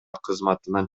кызматынан